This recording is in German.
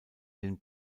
den